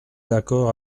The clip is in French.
d’accord